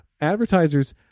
advertisers